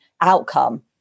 outcome